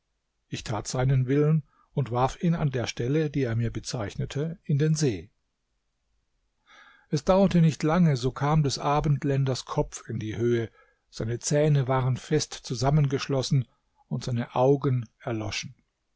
ich tat seinen willen und warf ihn an der stelle die er mir bezeichnete in den see es dauerte nicht lange so kam des abendländers kopf in die höhe seine zähne waren fest zusammengeschlossen und seine augen erloschen